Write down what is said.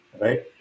right